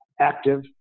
active